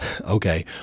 okay